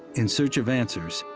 in search of answers,